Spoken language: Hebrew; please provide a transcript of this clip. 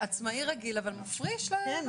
עצמאי רגיל מפריש --- עצמאי רגיל